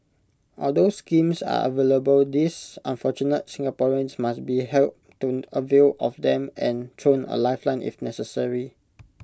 although schemes are available these unfortunate Singaporeans must be helped to avail of them and thrown A lifeline if necessary